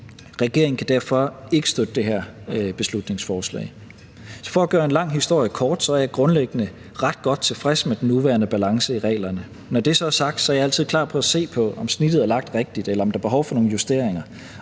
Regeringen kan derfor ikke støtte det her beslutningsforslag. For at gøre en lang historie kort er jeg grundlæggende ret godt tilfreds med den nuværende balance i reglerne. Når det så er sagt, er jeg altid klar til at se på, om snittet er lagt rigtigt, eller om der er behov for nogle justeringer,